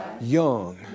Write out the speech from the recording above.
young